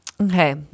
Okay